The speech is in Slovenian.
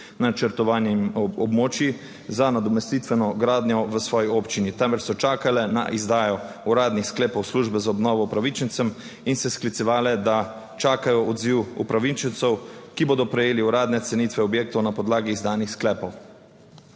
načrtovanjem območij za nadomestitveno gradnjo v svoji občini, temveč so čakale na izdajo uradnih sklepov službe za obnovo upravičencem in se sklicevale, da čakajo odziv upravičencev, ki bodo prejeli uradne cenitve objektov na podlagi izdanih sklepov.